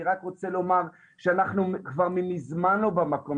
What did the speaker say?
אני רק רוצה לומר שאנחנו כבר ממזמן לא במקום